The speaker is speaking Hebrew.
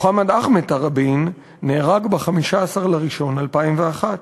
מחמוד אחמד תראבין נהרג ב-15 בינואר 2001,